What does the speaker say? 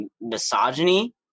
misogyny